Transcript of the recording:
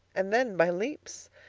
and then by leaps.